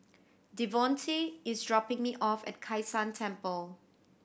Devonte is dropping me off at Kai San Temple